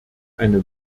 eine